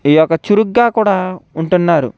ఈ యొక్క చురుకుగా కూడా ఉంటున్నారు